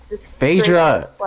Phaedra